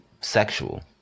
sexual